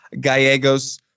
Gallegos